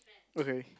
okay